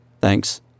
thanks